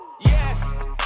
Yes